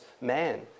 man